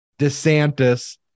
DeSantis